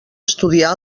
estudiar